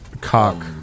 cock